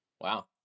Wow